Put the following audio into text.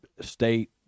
state